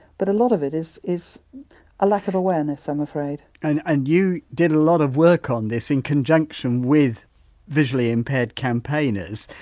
but a lot of it is is a lack of awareness i'm afraid and and you did a lot of work on this, in conjunction with visually impaired campaigners,